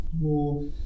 more